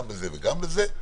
גם בזה וגם בזה,